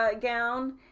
gown